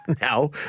now